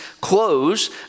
clothes